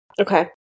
Okay